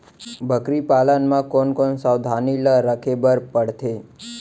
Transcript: बकरी पालन म कोन कोन सावधानी ल रखे बर पढ़थे?